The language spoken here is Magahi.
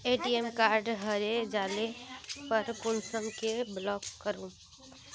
ए.टी.एम कार्ड हरे जाले पर कुंसम के ब्लॉक करूम?